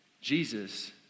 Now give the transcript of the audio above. Jesus